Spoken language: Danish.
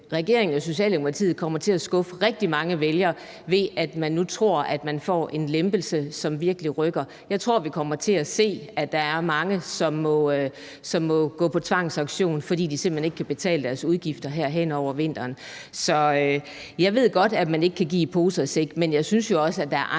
regeringen og Socialdemokratiet kommer til at skuffe rigtig mange vælgere, ved at man nu tror, at man får en lempelse, som virkelig rykker. Jeg tror, vi kommer til at se, at der er mange, som må gå på tvangsauktion, fordi de simpelt hen ikke kan betale deres udgifter her hen over vinteren. Jeg ved godt, at man ikke kan give i pose og i sæk, men jeg synes jo også, at der er andre